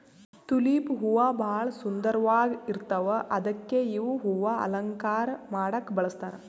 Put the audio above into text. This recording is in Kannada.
ತುಲಿಪ್ ಹೂವಾ ಭಾಳ್ ಸುಂದರ್ವಾಗ್ ಇರ್ತವ್ ಅದಕ್ಕೆ ಇವ್ ಹೂವಾ ಅಲಂಕಾರ್ ಮಾಡಕ್ಕ್ ಬಳಸ್ತಾರ್